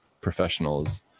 professionals